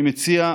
אני מציע,